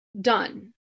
done